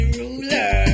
ruler